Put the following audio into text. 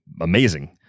amazing